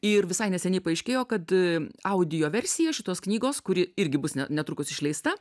ir visai neseniai paaiškėjo kad a audio versiją šitos knygos kuri irgi bus ne netrukus išleista